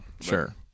sure